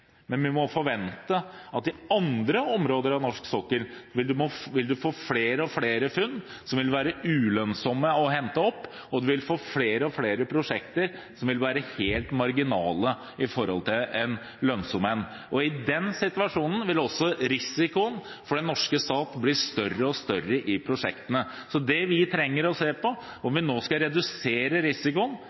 Men vi må forvente at i andre områder av norsk sokkel vil man få flere og flere funn som vil være ulønnsomme å hente opp, og man vil få flere og flere prosjekter som vil være helt marginale i forhold til et som er lønnsomt. I den situasjonen vil også risikoen i prosjektene bli større og større for den norske stat. Om vi nå skal redusere risikoen,